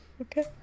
Okay